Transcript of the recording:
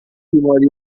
بیماری